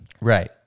Right